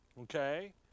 Okay